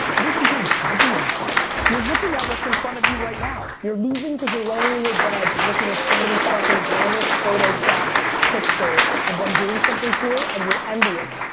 yeah everybody here is judging themselves. you're looking at what's in front of you right now. you're losing cause you're laying in your bed looking at somebody's fucking glamorous, photoshopped picture of them doing something cool, and you're envious,